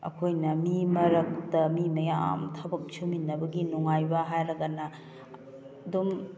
ꯑꯩꯈꯣꯏꯅ ꯃꯤ ꯃꯔꯛꯇ ꯃꯤ ꯃꯌꯥꯝ ꯊꯕꯛ ꯁꯨꯃꯤꯟꯅꯕꯒꯤ ꯅꯨꯡꯉꯥꯏꯕ ꯍꯥꯏꯔꯒꯅ ꯑꯗꯨꯝ